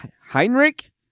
Heinrich